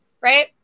right